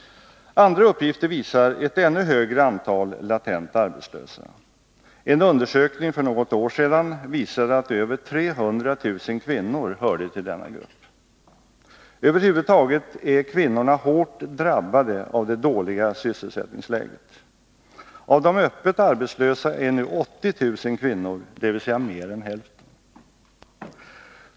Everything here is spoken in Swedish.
Andra uppgifter visar ett ännu högre antal latent arbetslösa. En undersökning för något år sedan visade att över 300 000 kvinnor hörde till denna grupp. Över huvud taget är kvinnorna hårt drabbade av det dåliga sysselsättningsläget. Av de öppet arbetslösa är nu 80 000 kvinnor, dvs. mer än hälften.